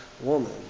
woman